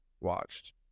watched